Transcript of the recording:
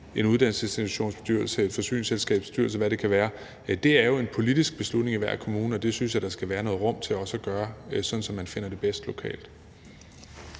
en uddannelsesinstitutions bestyrelse eller et forsyningsselskabs bestyrelse, eller hvad det kan være. Det er jo en politisk beslutning i hver kommune, og den synes jeg der skal være noget rum til også at træffe, sådan som man finder det bedst lokalt.